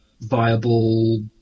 viable